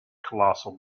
colossal